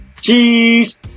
cheese